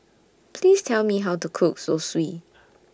Please Tell Me How to Cook Zosui